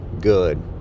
good